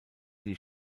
die